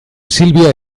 sylvia